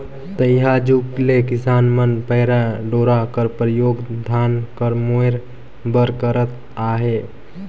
तइहा जुग ले किसान मन पैरा डोरा कर परियोग धान कर मोएर बर करत आत अहे